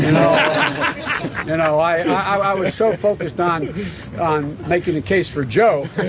i was so focused on on making the case for joe,